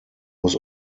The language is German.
muss